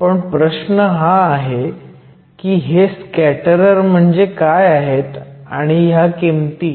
पण प्रश्न हा आहे की हे स्कॅटरर म्हणजे काय आहेत आणि ह्या किमती